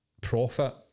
profit